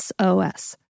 SOS